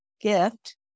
gift